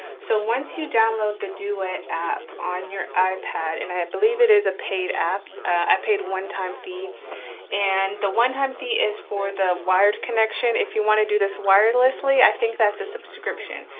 so once you download the duet app on your ah ipad, and i believe it is a paid app. i paid one time fee and the one-time fee is for the wired connection. if you want to do this wirelessly, i think that's a subscription.